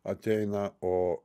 ateina o